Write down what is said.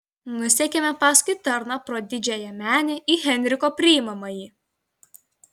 nusekėme paskui tarną pro didžiąją menę į henriko priimamąjį